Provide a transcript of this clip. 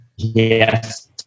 Yes